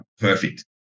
perfect